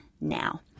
now